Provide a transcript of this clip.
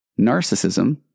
Narcissism